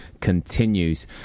continues